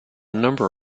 number